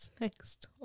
Next